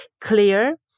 clear